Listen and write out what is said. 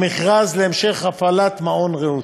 במכרז להמשך הפעלת מעון "רעות".